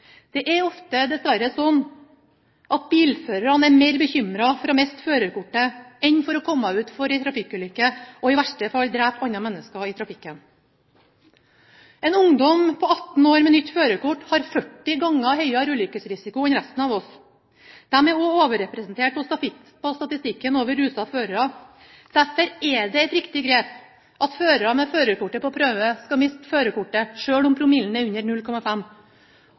Det er dessverre ofte slik at bilførerne er mer bekymret for å miste førerkortet enn for å komme ut for en trafikkulykke – og i verste fall drepe andre mennesker i trafikken. En ungdom på 18 år med nytt førerkort har 40 ganger høyere ulykkesrisiko enn resten av oss. De er også overrepresentert på statistikken over rusede førere. Derfor er det et riktig grep at førere med førerkort på prøve skal miste førerkortet selv om promillen er under 0,5.